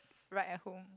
right at home